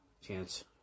chance